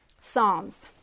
Psalms